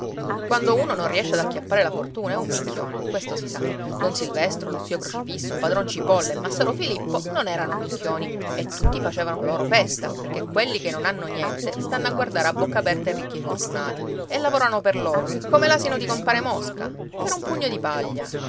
quando uno non riesce ad acchiappare la fortuna è un minchione questo si sa don silvestro lo zio crocifisso padron cipolla e massaro filippo non erano minchioni e tutti facevano loro festa perché quelli che non hanno niente stanno a guardare a bocca aperta i ricchi e i fortunati e lavorano per loro come l'asino di compare mosca per un pugno di paglia